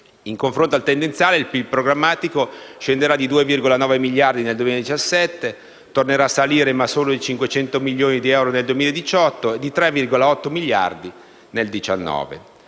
In confronto al tendenziale, il PIL programmatico scenderà di 2,9 miliardi nel 2017 e tornerà a salire, ma solo di 500 milioni di euro, nel 2018, e di 3,8 miliardi nel 2019.